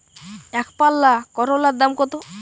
একপাল্লা করলার দাম কত?